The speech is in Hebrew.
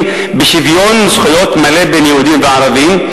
בשוויון זכויות מלא בין יהודים לערבים,